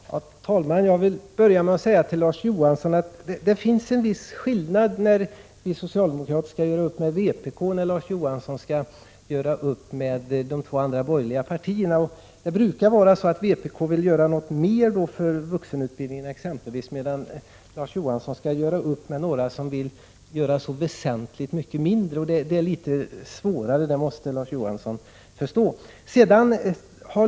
Herr talman! Jag vill börja med att säga till Larz Johansson att det är en viss skillnad mellan när vi socialdemokrater gör upp med vpk och när Larz Johansson skall göra upp med de två andra borgerliga partierna. Det brukar vara så att vpk vill göra något mer för exempelvis vuxenutbildningen, medan Larz Johansson skall göra upp med några som vill göra så väsentligt mycket mindre. Det är litet svårare, det måste Larz Johansson förstå.